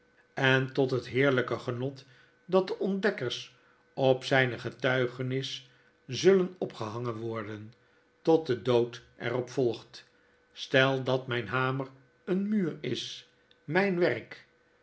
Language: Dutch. en tot het heerljjke genot dat de ontdekkers op zijne getuigenis zullen opgehangen worden tot de dood er op volgt stel dat mjn hamer een muur is mjjn werk